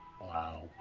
Wow